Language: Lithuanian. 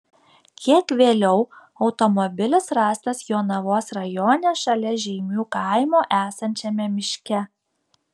kiek vėliau automobilis rastas jonavos rajone šalia žeimių kaimo esančiame miške